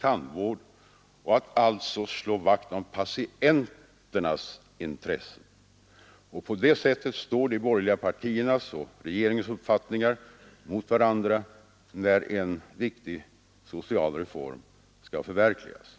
tandvård och att alltså slå vakt om patienternas intressen. På detta sätt står de borgerliga partiernas och regeringens uppfattningar mot varandra när en viktig social reform skall förverkligas.